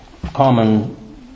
common